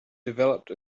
developed